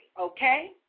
okay